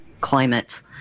climate